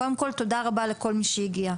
קודם כל תודה רבה לכל מי שהגיע,